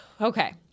Okay